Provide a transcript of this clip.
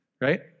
right